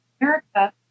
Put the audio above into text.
America